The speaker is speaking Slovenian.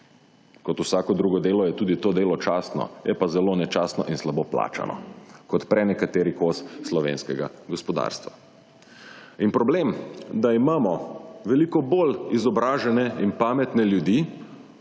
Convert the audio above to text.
kot vsako drugo delo, je tudi to delo častno. Je pa zelo nečastno in slabo plačano, kot prenekateri kos slovenskega gospodarstva. In problem, da imamo veliko bolj izobražene in pametne ljudi,